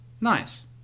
Nice